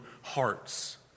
hearts